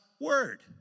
word